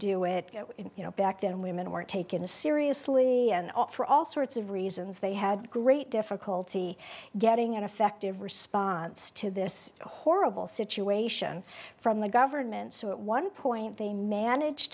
do it you know back then women weren't taken seriously and offer all sorts of reasons they had great difficulty getting an effective response to this horrible situation from the government so at one point they manage